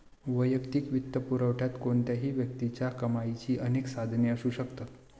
वैयक्तिक वित्तपुरवठ्यात कोणत्याही व्यक्तीच्या कमाईची अनेक साधने असू शकतात